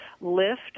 lift